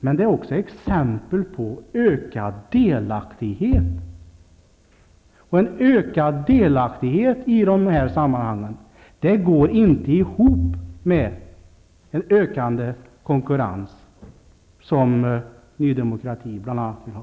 Men det är också exempel på ökad delaktighet. En ökad delaktighet går inte ihop med en ökad konkurrens, som bl.a. Ny Demokrati vill ha.